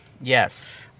Yes